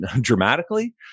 dramatically